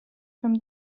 from